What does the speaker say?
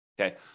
Okay